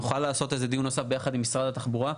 נוכל לעשות על זה דיון נוסף ביחד עם משרד התחבורה,